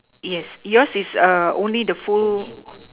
yes yours is err only the full